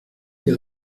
les